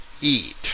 eat